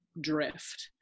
drift